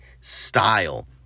style